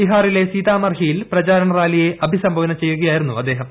ബീഹാറിലെ സീതാമർഹിയിൽ പ്രചരണ റാലിയെ അഭിസംബോധന ചെയ്യുകയായിരുന്നു അദ്ദേഹം